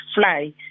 fly